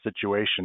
situation